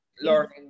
learning